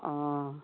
অঁ